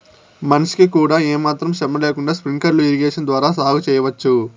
మనిషికి కూడా ఏమాత్రం శ్రమ లేకుండా స్ప్రింక్లర్ ఇరిగేషన్ ద్వారా సాగు చేయవచ్చు